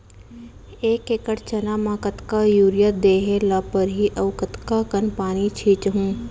एक एकड़ चना म कतका यूरिया देहे ल परहि अऊ कतका कन पानी छींचहुं?